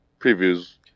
previews